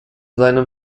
seinem